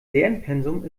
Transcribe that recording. lernpensum